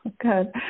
Good